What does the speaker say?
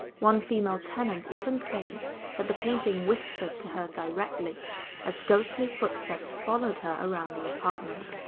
one female tenant even claimed that the painting whispered to her directly as ghostly footsteps followed her around the apartment.